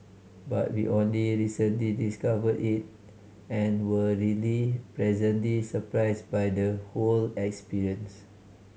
but we only recently discovered it and were really pleasantly surprised by the whole experience